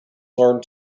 learned